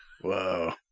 Whoa